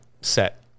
set